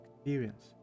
experience